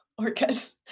orcas